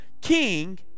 king